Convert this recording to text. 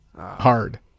hard